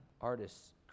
artists